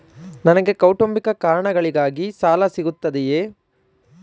ನನಗೆ ಕೌಟುಂಬಿಕ ಕಾರಣಗಳಿಗಾಗಿ ಸಾಲ ಸಿಗುತ್ತದೆಯೇ?